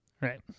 right